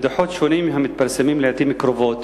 מדוחות שונים המתפרסמים לעתים קרובות